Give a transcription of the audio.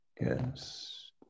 yes